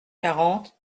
quarante